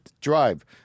drive